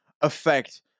affect